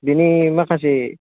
बिनि माखासे